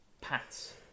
Pats